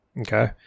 Okay